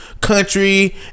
country